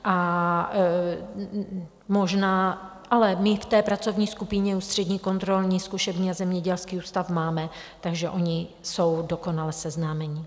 A možná ale my v té pracovní skupině Ústřední kontrolní a zkušební zemědělský ústav máme, takže oni jsou dokonale seznámeni.